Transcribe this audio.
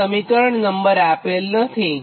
આપણે સમીકરણ નંબર આપેલ નથી